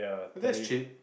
this cheap